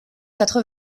quatre